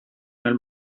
nel